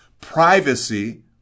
privacy